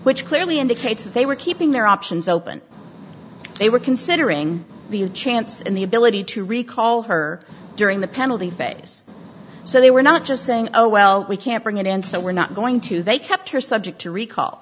which clearly indicates that they were keeping their options open they were considering the chance and the ability to recall her during the penalty phase so they were not just saying oh well we can't bring it in so we're not going to they kept her subject to recall